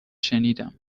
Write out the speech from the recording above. شنیدم